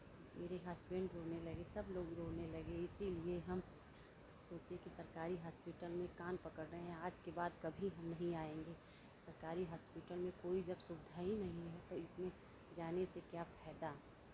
मेरे हसबैन्ड रोने लगे सब लोग रोने लगे इसीलिए हम सोचे कि सरकारी हॉस्पिटल में कान पकड़ रहे हैं आज के बाद कभी हम नहीं आएंगे सरकारी हॉस्पिटल में कोई जब सुविधा ही नहीं है तो इसमें जाने से क्या फायदा